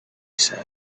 said